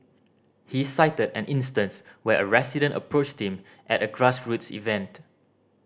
he cited an instance where a resident approached him at a grassroots event